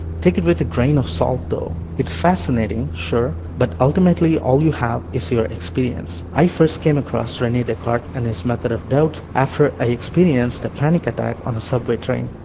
take it with a grain of salt though. it's fascinating, sure. but ultimately all you have is your experience. i first came across rene descartes and his method of doubts after i experienced a panic attack on a subway train.